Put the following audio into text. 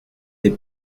des